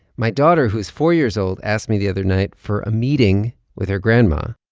my daughter, who is four years old, asked me the other night for a meeting with her grandma.